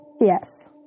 Yes